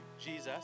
Jesus